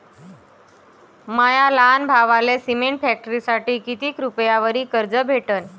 माया लहान भावाले सिमेंट फॅक्टरीसाठी कितीक रुपयावरी कर्ज भेटनं?